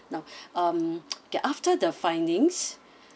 now um K after the findings